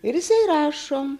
ir jisai rašo